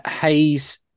Hayes